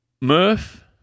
Murph